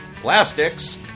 Plastics